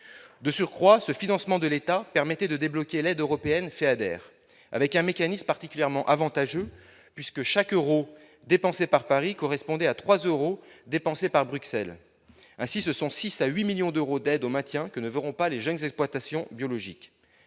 de surcroît, ce financement de l'État permettait de débloquer l'aide européenne fait avec un mécanisme particulièrement avantageux puisque chaque Euro dépensé par Paris correspondait à 3 euros dépensés par Bruxelles ainsi ce sont 6 à 8 millions d'euros d'aide au maintien que ne feront pas les jeunes exploitations biologiques